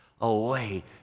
away